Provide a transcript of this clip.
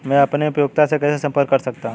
मैं अपनी उपयोगिता से कैसे संपर्क कर सकता हूँ?